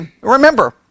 remember